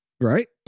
Right